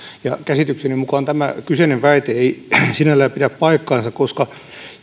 ja käsitykseni mukaan tämä kyseinen väite ei sinällään pidä paikkaansa koska